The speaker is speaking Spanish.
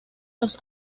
los